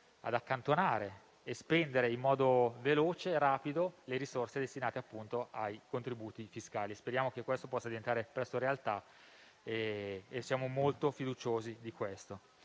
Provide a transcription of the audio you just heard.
ad accantonare e spendere in modo veloce e rapido le risorse destinate ai contributi fiscali. Speriamo che questo possa diventare presto realtà; siamo molto fiduciosi.